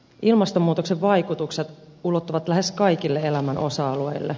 ilmastonmuutoksen vaikutukset ulottuvat lähes kaikille elämän osa alueille